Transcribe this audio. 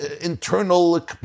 internal